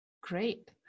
Great